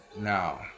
now